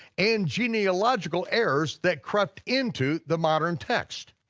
and genealogical errors that crept into the modern text.